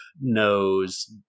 knows